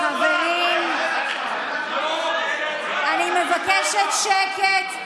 חברים, אני מבקשת שקט.